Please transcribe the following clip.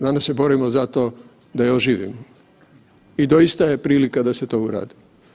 Danas, danas se borimo za to da je oživimo i doista je prilika da se to uradi.